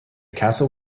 castle